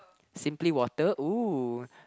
simply water oh